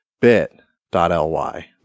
Bit.ly